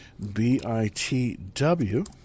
BITW